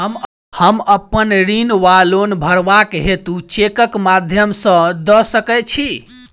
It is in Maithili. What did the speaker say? हम अप्पन ऋण वा लोन भरबाक हेतु चेकक माध्यम सँ दऽ सकै छी?